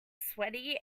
sweaty